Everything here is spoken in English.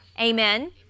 Amen